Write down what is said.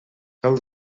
cal